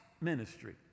ministry